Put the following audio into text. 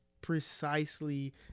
precisely